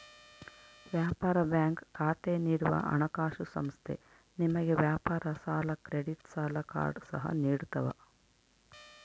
ವ್ಯಾಪಾರ ಬ್ಯಾಂಕ್ ಖಾತೆ ನೀಡುವ ಹಣಕಾಸುಸಂಸ್ಥೆ ನಿಮಗೆ ವ್ಯಾಪಾರ ಸಾಲ ಕ್ರೆಡಿಟ್ ಸಾಲ ಕಾರ್ಡ್ ಸಹ ನಿಡ್ತವ